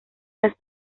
las